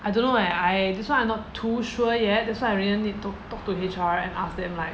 I don't know eh I this one I not too sure yet that's why I really need to talk to H_R and ask them like